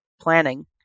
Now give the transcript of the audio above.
planning